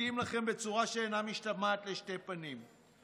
מדגים לכם בצורה שאינה משתמעת לשתי פנים,